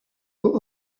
aux